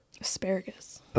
Asparagus